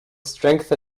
strength